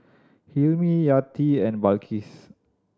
Hilmi Yati and Balqis